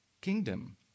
kingdom